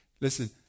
Listen